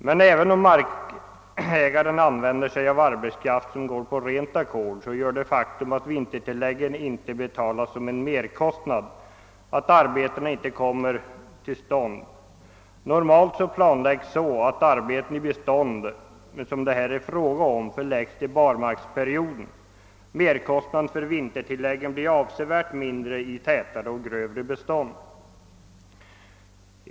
Men även om markägaren använder sig av arbetskraft som går på rent ackord så gör det faktum, att vintertillläggen inte betraktas som en merkostnad, att arbetena inte kommer till stånd. Normalt förläggs arbeten i bestånd som det här är fråga om till barmarksperioden. Merkostnaden för vintertilläggen blir avsevärt mindre i tätare och grövre bestånd.